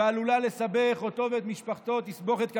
ועלולה לסבך אותו ואת משפחתו בתסבוכת כלכלית.